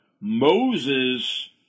Moses